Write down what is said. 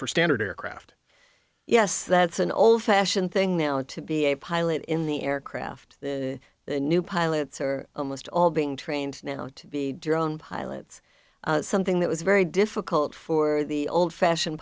for standard aircraft yes that's an old fashioned thing now to be a pilot in the aircraft the new pilots are almost all being trained now to be drone pilots something that was very difficult for the old fashion